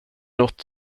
nåt